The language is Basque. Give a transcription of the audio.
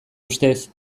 ustez